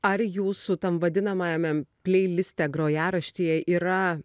ar jūsų tam vadinamajame pleiliste grojaraštyje yra